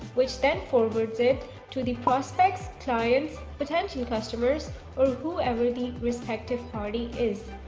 which then forwards it to the prospect's clients potential customers or whoever the respective party is